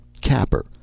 Capper